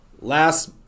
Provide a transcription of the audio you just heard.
Last